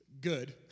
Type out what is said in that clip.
good